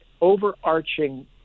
overarching